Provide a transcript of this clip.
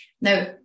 Now